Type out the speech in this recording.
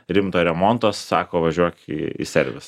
rimto remonto sako važiuok į servisą